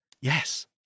Yes